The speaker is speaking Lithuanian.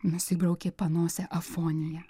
nusibraukė panosę afonija